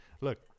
Look